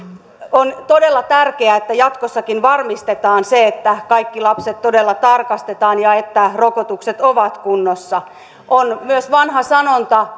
on todella tärkeää että jatkossakin varmistetaan se että kaikki lapset todella tarkastetaan ja että rokotukset ovat kunnossa on myös vanha sanonta